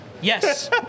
Yes